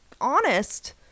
Honest